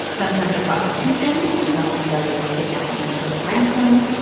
some turned to prostitution. some started kidnapping people for ransom.